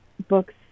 books